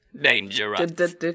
Dangerous